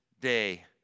day